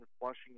Washington